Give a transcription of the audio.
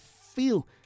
feel